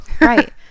Right